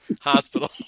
hospital